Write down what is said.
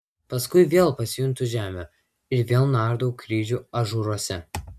paskui vėl pasijuntu žemėje ir vėl nardau kryžių ažūruose